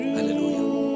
Hallelujah